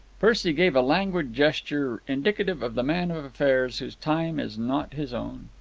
percy gave a languid gesture indicative of the man of affairs whose time is not his own.